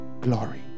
glory